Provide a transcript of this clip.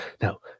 Now